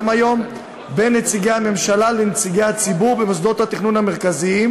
היום בין נציגי הממשלה לנציגי הציבור במוסדות התכנון המרכזיים,